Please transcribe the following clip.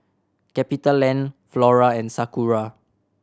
CapitaLand Flora and Sakura